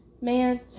Man